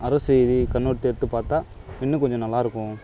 அரசு இது இட்த்து பார்த்தா இன்னும் கொஞ்சம் நல்லாயிருக்கும்